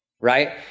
right